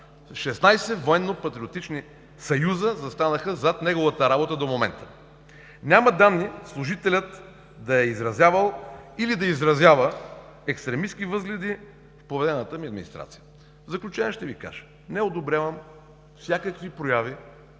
военно-патриотични съюзи застанаха зад неговата работа до момента! Няма данни служителят да е изразявал или да изразява екстремистки възгледи в поверената ми администрация. В заключение ще Ви кажа: не одобрявам всякакви прояви